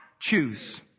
Choose